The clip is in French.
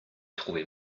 trouvez